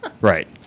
right